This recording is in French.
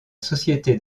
société